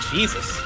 Jesus